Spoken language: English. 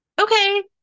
Okay